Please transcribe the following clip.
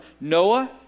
Noah